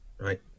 right